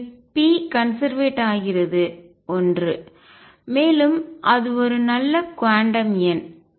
எனவே p conserved ஆகிறது ஒன்று மேலும் அது ஒரு நல்ல குவாண்டம் எண்